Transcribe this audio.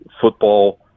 football